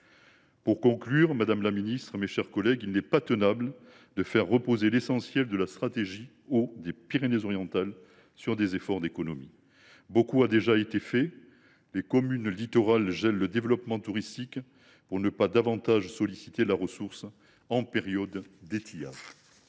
Pour conclure, madame la ministre, mes chers collègues, il n’est pas tenable de faire reposer l’essentiel de la stratégie pour l’eau des Pyrénées Orientales sur des efforts d’économie. Beaucoup a déjà été fait en la matière. Les communes littorales gèlent le développement touristique pour ne pas davantage solliciter la ressource en période d’étiage.